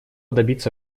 добиться